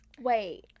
Wait